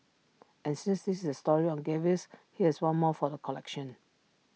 and since this is A story on gaffes here's one more for the collection